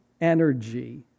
energy